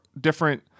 different